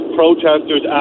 protesters